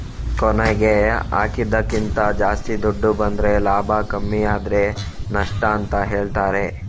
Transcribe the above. ಕೊನೆಗೆ ಹಾಕಿದ್ದಕ್ಕಿಂತ ಜಾಸ್ತಿ ದುಡ್ಡು ಬಂದ್ರೆ ಲಾಭ ಕಮ್ಮಿ ಆದ್ರೆ ನಷ್ಟ ಅಂತ ಹೇಳ್ತಾರೆ